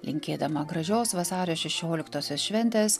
linkėdama gražios vasario šešioliktosios šventės